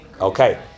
Okay